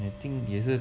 I think 也是